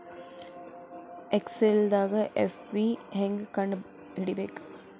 ಎಕ್ಸೆಲ್ದಾಗ್ ಎಫ್.ವಿ ಹೆಂಗ್ ಕಂಡ ಹಿಡಿಬೇಕ್